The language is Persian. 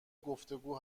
گفتگو